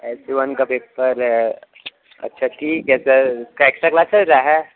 S one का paper है अच्छा ठीक है सर उसका एक्स्ट्रा क्लास चल रहा है